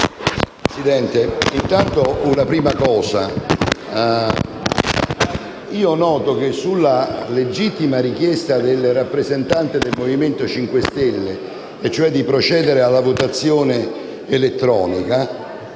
Presidente, noto anzitutto che, sulla legittima richiesta del rappresentante del Movimento 5 Stelle di procedere alla votazione elettronica,